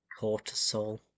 Cortisol